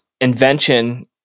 invention